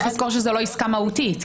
צריך לזכור שזו לא עסקה מהותית,